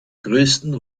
größten